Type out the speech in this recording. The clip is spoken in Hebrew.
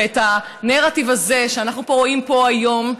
ואת הנרטיב הזה שאנחנו רואים פה היום,